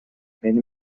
мени